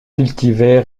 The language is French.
cultivés